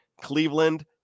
Cleveland